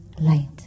light